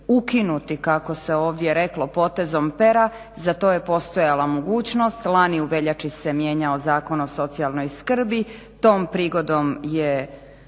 ukinuti kako se ovdje reklo potezom pera za to je postojala mogućnost, lani u veljači se mijenjao Zakon o socijalnoj skrbi. Tom prigodom je